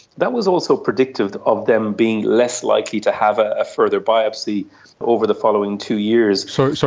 that was also predictive of them being less likely to have a further biopsy over the following two years. sorry, so